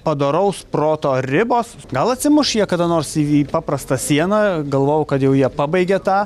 padoraus proto ribos gal atsimuš jie kada nors į paprastą sieną galvojau kad jau jie pabaigė tą